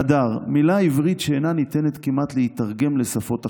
"'הדר' מילה עברית שאינה ניתנת כמעט להיתרגם לשפות אחרות.